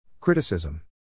Criticism